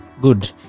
good